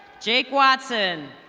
jake watson.